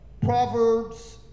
Proverbs